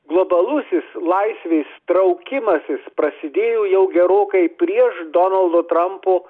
globalusis laisvės traukimasis prasidėjo jau gerokai prieš donaldo trampo